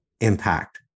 impact